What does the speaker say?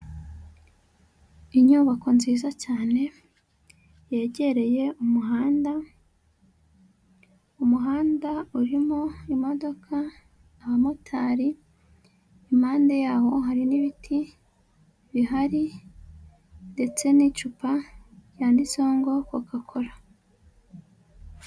Inyubako nziza cyane yegereye umuhanda, umuhanda urimo imodoka, abamotari, impande yaho hari n'ibiti bihari ndetse n'icupa yanditse kokakora.